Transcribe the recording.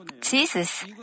Jesus